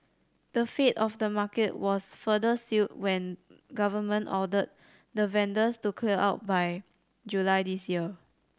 the fate of the market was further sealed when government ordered the vendors to clear out by July this year